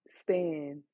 stand